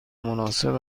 مناسب